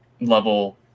level